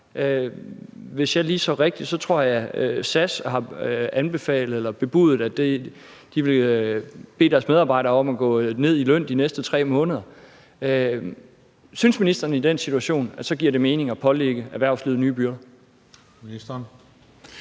Hvis jeg lige så rigtigt, tror jeg, at SAS har bebudet, at de vil bede deres medarbejdere om at gå ned i løn de næste 3 måneder. Synes ministeren, at det i den situation så giver mening at pålægge erhvervslivet nye byrder?